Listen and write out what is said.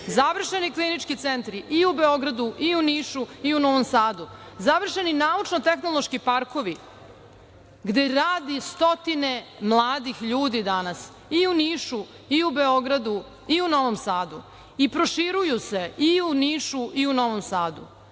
Završeni klinički centri i u Beogradu i u Nišu i u Novom Sadu, završeni naučno-tehnološki parkovi, gde radi stotine mladih ljudi danas i u Nišu i u Beogradu i u Novom Sadu i proširuju se i u Nišu i u Novom Sadu. Što